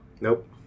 Nope